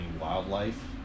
wildlife